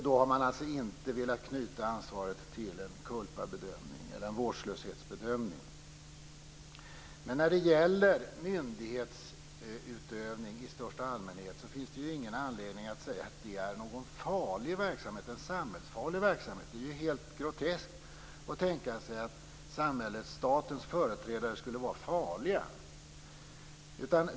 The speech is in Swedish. Då har man alltså inte velat knyta ansvaret till en culpabedömning eller en vårdslöshetsbedömning. Men när det gäller myndighetsutövning i största allmänhet finns det ju ingen anledning att säga att det är någon farlig verksamhet - en samhällsfarlig verksamhet. Det är helt groteskt att tänka sig att statens företrädare skulle vara farliga.